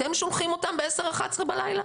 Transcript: אתם שולחים אותם ב-22:00, 23:00 בלילה?